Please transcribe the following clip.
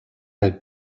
had